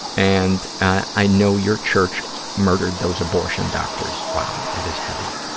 and i know your church murdered those abortion doctors. wow. that is heavy.